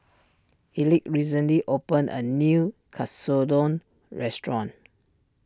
Elick recently opened a new Katsudon restaurant